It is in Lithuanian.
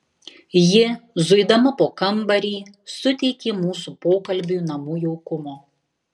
ji zuidama po kambarį suteikė mūsų pokalbiui namų jaukumo